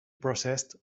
processed